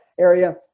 area